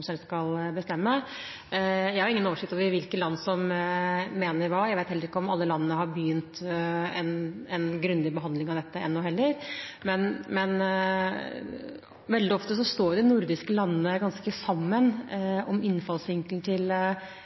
selv som skal bestemme. Jeg har ingen oversikt over hvilke land som mener hva, og jeg vet heller ikke om alle landene har begynt en grundig behandling av dette ennå, men veldig ofte står jo de nordiske landene ganske sammen om innfallsvinkelen til